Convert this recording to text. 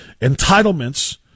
entitlements